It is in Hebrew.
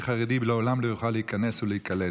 חרדי לעולם לא יוכל להיכנס ולהיקלט.